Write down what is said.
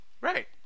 Right